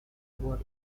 war